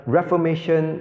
Reformation